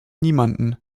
niemanden